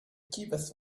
cheapest